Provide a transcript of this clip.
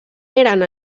eren